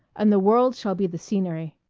and the world shall be the scenery.